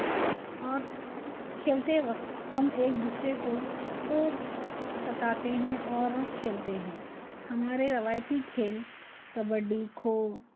اور کھیلتے وقت ہم ایک دوسرے کو خوب ستاتے ہیں اور کھیلتے ہیں ہمارے روایتی کھیل کبڈی کھو